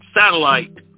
satellite